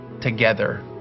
together